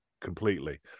completely